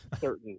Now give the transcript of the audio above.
certain